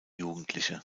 jugendliche